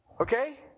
Okay